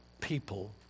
people